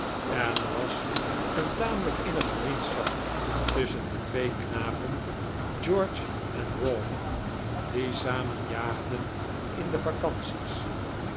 en er was een tamelijk innige vriendschap tusschen de twee knapen george en rawdon die samen jaagden in de vacanties